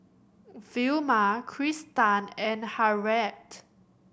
Vilma Kristan and Harriet